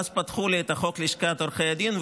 ואז פתחו לי את חוק לשכת עורכי הדין,